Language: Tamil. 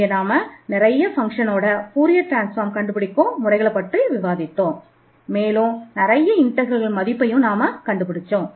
மற்றும் நிறைய ஃபங்க்ஷன்களின் மதிப்புகளை கண்டறிந்தோம்